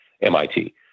MIT